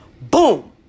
Boom